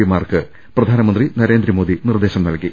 പിമാർക്ക് പ്രധാനമന്ത്രി നരേന്ദ്രമോദി നിർദ്ദേശം നൽകി